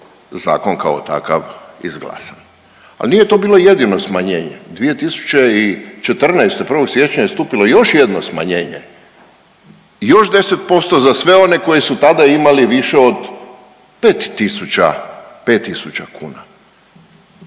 zakon kao takav izglasan. Ali nije to bilo jedino smanjenje. 2014., 1. siječnja je stupilo još jedno smanjenje. Još 10% za sve one koji su tada imali više od 5000 kuna.